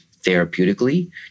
therapeutically